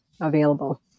available